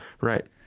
Right